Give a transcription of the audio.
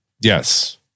Yes